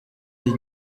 iyi